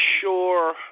sure